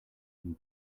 from